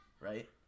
right